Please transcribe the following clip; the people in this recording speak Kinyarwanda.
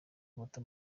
kaguta